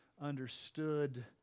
understood